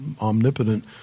omnipotent